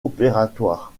opératoire